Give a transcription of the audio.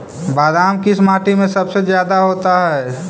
बादाम किस माटी में सबसे ज्यादा होता है?